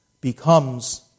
becomes